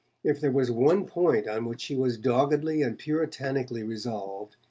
if there was one point on which she was doggedly and puritanically resolved,